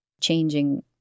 changing